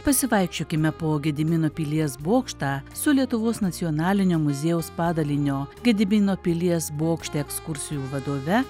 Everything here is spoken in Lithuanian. pasivaikščiokime po gedimino pilies bokštą su lietuvos nacionalinio muziejaus padalinio gedimino pilies bokšte ekskursijų vadove